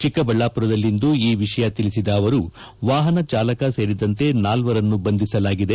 ಚಿಕ್ಕಬಳ್ಳಾಪುರದಲ್ಲಿಂದು ಈ ವಿಷಯ ತಿಳಿಸಿದ ಅವರು ವಾಹನ ಚಾಲಕ ಸೇರಿದಂತೆ ನಾಲ್ವರನ್ನು ಬಂಧಿಸಲಾಗಿದೆ